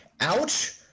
ouch